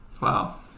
wow